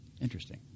Interesting